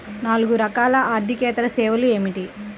నాలుగు రకాల ఆర్థికేతర సేవలు ఏమిటీ?